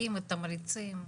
מענקים ותמריצים.